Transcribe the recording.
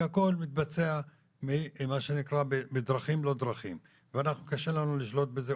כי הכול מתבצע מה שנקרא בדרכים לא דרכים וקשה לנו לשלוט בזה.